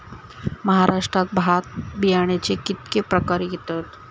महाराष्ट्रात भात बियाण्याचे कीतके प्रकार घेतत?